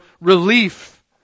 relief